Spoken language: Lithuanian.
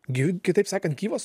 gyvi kitaip sakant gyvas